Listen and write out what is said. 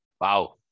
Wow